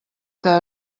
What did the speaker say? que